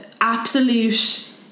absolute